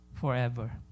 forever